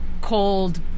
cold